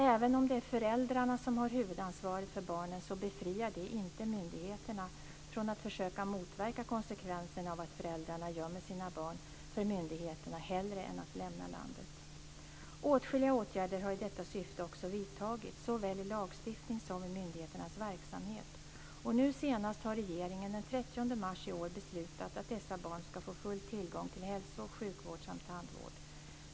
Även om det är föräldrarna som har huvudansvaret för barnen så befriar det inte myndigheterna från att försöka motverka konsekvenserna av att föräldrarna gömmer sina barn för myndigheterna hellre än att lämna landet. Åtskilliga åtgärder har i detta syfte också vidtagits, såväl i lagstiftning som i myndigheternas verksamhet. Nu senast har regeringen den 30 mars i år beslutat att dessa barn ska få full tillgång till hälso och sjukvård samt tandvård.